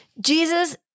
Jesus